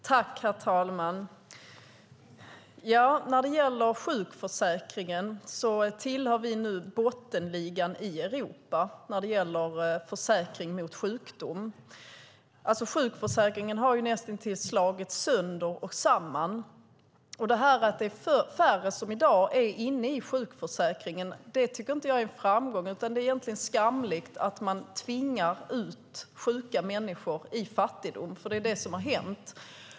Herr talman! När det gäller försäkring vid sjukdom tillhör vi nu bottenligan i Europa. Sjukförsäkringen har näst intill slagits sönder och samman. Detta att det i dag är färre som i dag är inne i sjukförsäkringen tycker inte jag är en framgång, utan det är egentligen skamligt att man tvingar ut sjuka människor i fattigdom, för det är det som har hänt.